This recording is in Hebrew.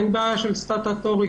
אין בעיה של סטטוטוריקה,